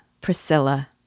Priscilla